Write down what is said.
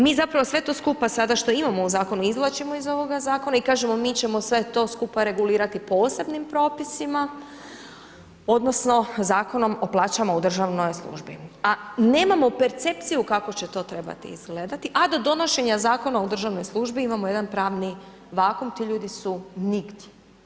Mi zapravo sve to skupa sada što imamo u zakonu izvlačimo iz ovoga zakona i kažemo mi ćemo sve to skupa regulirati posebnim propisima odnosno Zakonom o plaćama u državnoj službi a nemamo percepciju kako će to trebati izgledati a do donošenja zakona u državnoj službi imamo jedan pravni vakuum, to ljudi su nigdje.